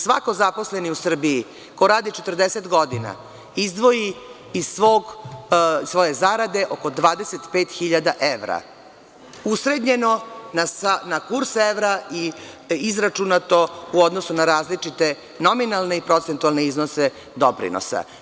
Svaki zaposleni u Srbiji, koji radi 40 godina, izdvoji iz svoje zarade oko 25 hiljada evra ustremljeno na kurs evra i izračunato na različite nominalne i procentualne iznose doprinosa.